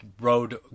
road